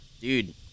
Dude